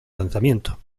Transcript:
lanzamiento